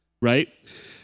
Right